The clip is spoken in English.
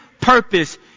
purpose